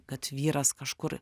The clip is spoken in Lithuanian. kad vyras kažkur